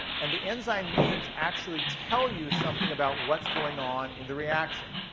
and the enzyme names actually tell you something about what's going on in the reaction.